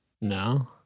No